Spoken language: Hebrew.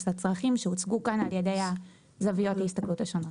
לצרכים שהוצגו כאן על ידי זוויות ההסתכלות השונות.